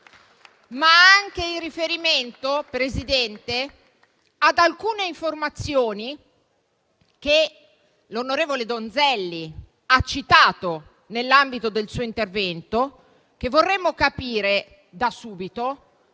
ma anche in riferimento ad alcune informazioni che l'onorevole Donzelli ha citato nell'ambito del suo intervento. Vorremmo capire da subito